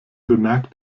bemerkt